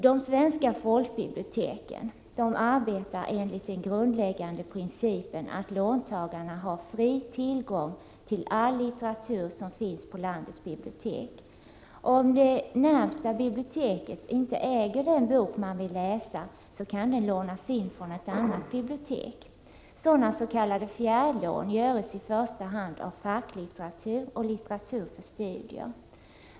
De svenska folkbiblioteken arbetar enligt den grundläggande principen att låntagarna har fri tillgång till all litteratur som finns på landets bibliotek. Om det närmaste biblioteket inte äger den bok som man vill läsa, kan boken lånas in från ett annat bibliotek. Sådana s.k. fjärrlån gäller i första hand facklitteratur och litteratur för studier.